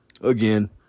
Again